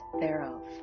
thereof